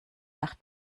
nach